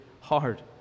hard